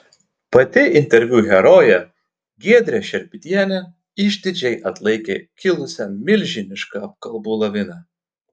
pati interviu herojė giedrė šerpytienė išdidžiai atlaikė kilusią milžinišką apkalbų laviną